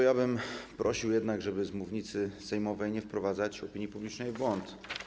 Ja bym prosił jednak, żeby z mównicy sejmowej nie wprowadzać opinii publicznej w błąd.